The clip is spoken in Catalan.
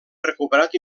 recuperat